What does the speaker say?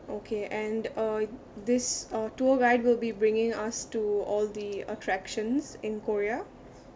okay and uh this uh tour guide will be bringing us to all the attractions in korea